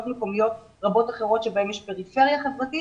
מקומיות רבות אחרות בהן יש פריפריה חברתית